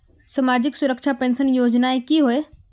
सामाजिक सुरक्षा पेंशन योजनाएँ की होय?